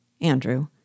Andrew